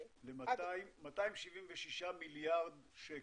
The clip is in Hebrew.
ל-276 מיליארד שקל.